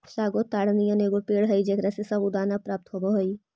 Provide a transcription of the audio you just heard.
sago ताड़ नियन एगो पेड़ हई जेकरा से सबूरदाना प्राप्त होब हई